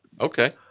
Okay